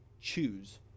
choose